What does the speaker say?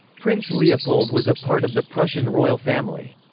prince leopold was a part of the prussian royal family.